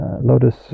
lotus